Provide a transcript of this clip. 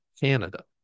Canada